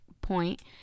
point